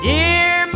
Dear